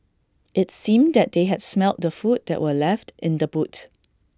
it's seemed that they had smelt the food that were left in the boot